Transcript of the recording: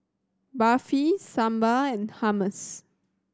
Barfi Sambar and Hummus